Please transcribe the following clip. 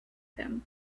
him